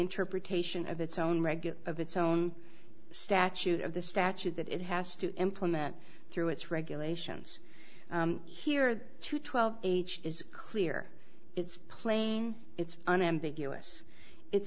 interpretation of its own regular of its own statute of the statute that it has to implement through its regulations here to twelve h is clear it's plain it's unambiguous it